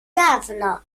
dawno